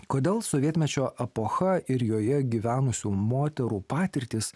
kodėl sovietmečio epocha ir joje gyvenusių moterų patirtys